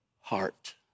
heart